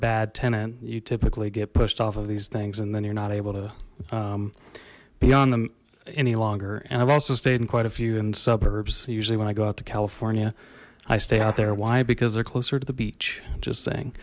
bad tenant you typically get pushed off of these things and then you're not able to beyond them any longer and i've also stayed in quite a few in suburbs usually when i go out to california i stay out there why because they're closer to the beach i'm just saying